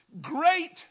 Great